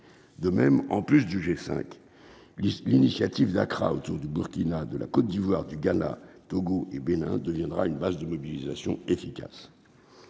de même, en plus du G5 l'initiative d'Accra autour du Burkina, de la Côte d'Ivoire, du Ghana, Togo et Bénin deviendra une base de mobilisation efficace,